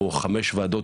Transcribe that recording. או חמש וועדות,